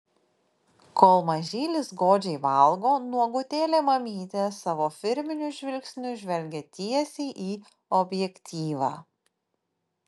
kol mažylis godžiai valgo nuogutėlė mamytė savo firminiu žvilgsniu žvelgia tiesiai į objektyvą